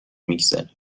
میگذره